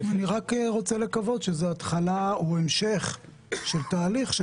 אני רק רוצה לקוות שזאת התחלה או המשך של תהליך של